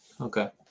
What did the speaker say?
Okay